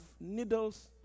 needles